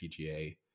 PGA